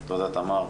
תודה, תמר.